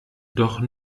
doch